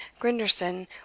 Grinderson